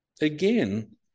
Again